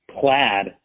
Plaid